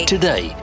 Today